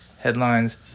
headlines